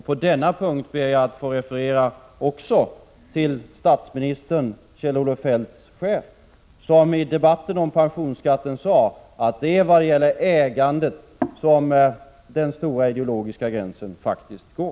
På denna punkt ber jag också att få referera till statsministern, Kjell-Olof Feldts chef, som i debatten om pensionsskatten sade att det var i fråga om ägandet som den stora ideologiska gränsen faktiskt går.